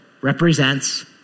represents